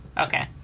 Okay